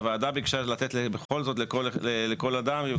הוועדה ביקשה לתת בכל זאת לכל אדם גם